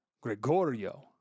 Gregorio